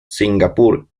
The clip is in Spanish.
singapur